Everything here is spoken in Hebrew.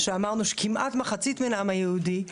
שאמרנו שהם כמעט מחצית מהעם היהודי,